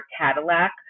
Cadillac